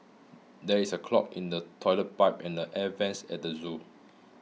there is a clog in the toilet pipe and air vents at the zoo